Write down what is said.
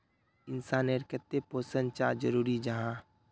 इंसान नेर केते पोषण चाँ जरूरी जाहा?